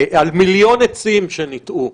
על מיליון עצים שניטעו.